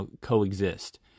coexist